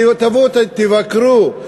תבואו, תבקרו.